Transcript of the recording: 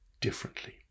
differently